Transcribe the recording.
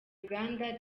uganda